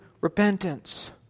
repentance